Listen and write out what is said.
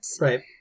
Right